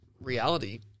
reality